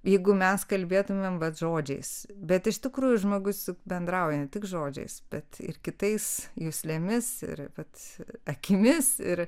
jeigu mes kalbėtumėm vat žodžiais bet iš tikrųjų žmogus bendrauja ne tik žodžiais bet ir kitais juslėmis ir vat akimis ir